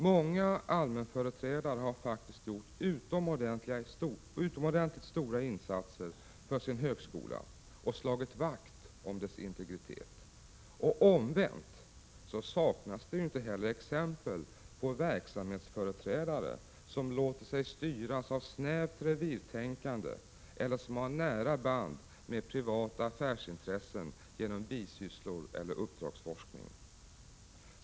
Många allmänföreträdare har faktiskt gjort utomordentligt stora insatser för sin högskola och slagit vakt om dess integritet. Och omvänt saknas det inte heller exempel på verksamhetsföreträdare som låter sig styras av snävt revirtänkande eller som har nära band med privata affärsintressen genom bisysslor eller uppdragsforskning.